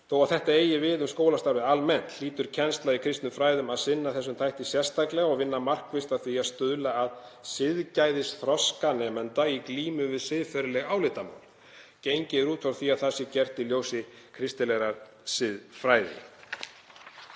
Þó að þetta eigi við um skólastarfið almennt hlýtur kennsla í kristnum fræðum að sinna þessum þætti sérstaklega og vinna markvisst að því að stuðla að siðgæðisþroska nemendanna í glímu við siðferðileg álitamál. Gengið er út frá því að það sé gert í ljósi kristilegrar